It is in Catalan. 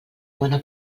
bona